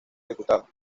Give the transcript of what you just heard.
ejecutado